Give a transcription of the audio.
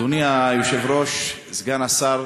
אדוני היושב-ראש, סגן השר,